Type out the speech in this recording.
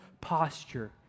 posture